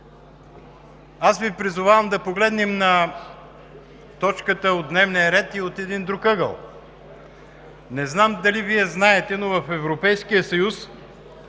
Аз Ви призовавам да погледнем на точката от дневния ред и от един друг ъгъл. Не знам дали Вие знаете, но в Европейския съюз